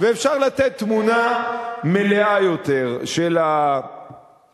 ואפשר לתת תמונה מלאה יותר של ההשלכות.